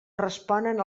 responen